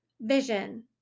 vision